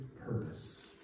purpose